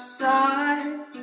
side